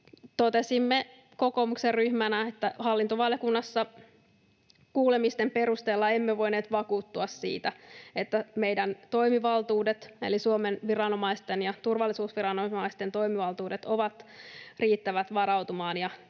Totesimme kokoomuksen ryhmänä, että hallintovaliokunnassa kuulemisten perusteella emme voineet vakuuttua siitä, että meidän toimivaltuudet, eli Suomen viranomaisten ja turvallisuusviranomaisten toimivaltuudet, ovat riittävät varautumaan